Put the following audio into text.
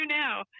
now